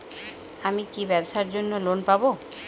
আমি কি ব্যবসার জন্য লোন পাব?